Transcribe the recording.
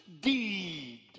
deed